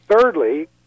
Thirdly